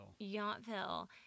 Yauntville